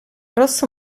rosso